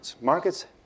markets